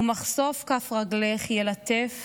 // ומחשוף כף רגלך יילטף